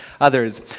others